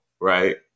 right